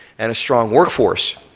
and a strong workforce.